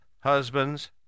husbands